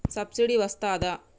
Subsidy వస్తదా?